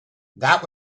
that